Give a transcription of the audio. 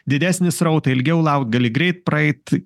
didesnį srautą ilgiau laukt gali greit praeit